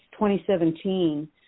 2017